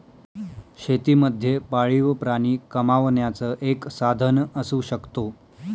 शेती मध्ये पाळीव प्राणी कमावण्याचं एक साधन असू शकतो